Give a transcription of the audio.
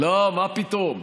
לא, מה פתאום.